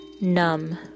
numb